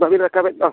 ᱵᱟᱹᱵᱤᱱ ᱨᱟᱠᱟᱵᱮᱫ ᱫᱚ